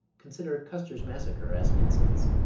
consider custer's massacre as an instance.